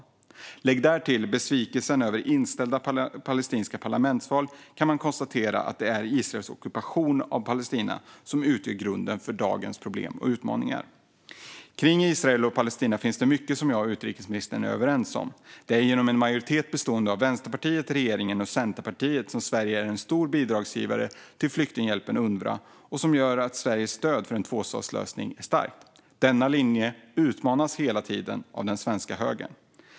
Om man lägger till besvikelsen över inställda palestinska parlamentsval kan man konstatera att det är Israels ockupation av Palestina som utgör grunden för dagens problem och utmaningar. Kring Israel och Palestina finns det mycket som jag och utrikesministern är överens om. Det är genom en majoritet bestående av Vänsterpartiet, regeringen och Centerpartiet som Sverige är en stor bidragsgivare till flyktinghjälpen UNRWA och som Sveriges stöd för en tvåstatslösning är starkt. Men denna linje utmanas hela tiden av den svenska högern.